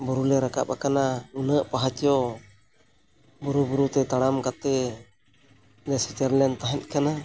ᱵᱩᱨᱩ ᱞᱮ ᱨᱟᱠᱟᱵ ᱟᱠᱟᱱᱟ ᱩᱱᱟᱹ ᱯᱟᱦᱟ ᱪᱚᱝ ᱵᱩᱨᱩ ᱵᱩᱨᱩᱛᱮ ᱛᱟᱲᱟᱢ ᱠᱟᱛᱮᱫ ᱞᱮ ᱥᱮᱴᱮᱨ ᱞᱮᱱ ᱛᱟᱦᱮᱸᱫ ᱠᱟᱱᱟ